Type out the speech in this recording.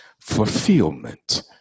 fulfillment